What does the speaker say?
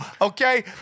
okay